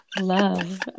love